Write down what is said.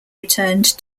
returned